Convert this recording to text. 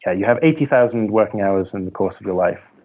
yeah you have eighty thousand working hours in the course of your life.